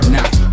Now